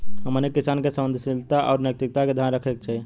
हमनी के किसान के संवेदनशीलता आउर नैतिकता के ध्यान रखे के चाही